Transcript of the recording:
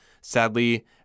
Sadly